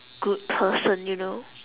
good person you know